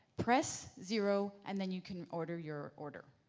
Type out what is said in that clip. press zero and then you can order your order.